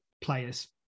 players